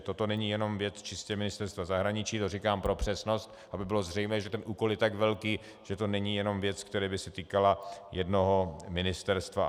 Toto není jenom věc čistě Ministerstva zahraničí, to říkám pro přesnost, aby bylo zřejmé, že ten úkol je tak velký, že to není jenom věc, která by se týkala jednoho ministerstva.